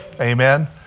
Amen